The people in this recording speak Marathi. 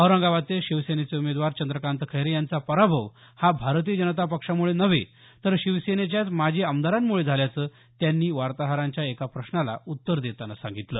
औरंगाबादचे शिवसेनेचे उमेदवार चंद्रकांत खैरे यांचा पराभव हा भारतीय जनता पक्षामुळे नव्हे तर शिवसेनेच्याच माजी आमदारामुळे झाल्याचं त्यांनी वार्ताहरांच्या एका प्रश्नाला उत्तर देतांना सांगितलं